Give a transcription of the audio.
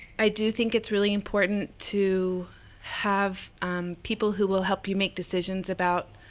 i do think it's really important to have people who will help you make decisions about